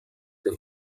der